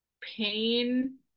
pain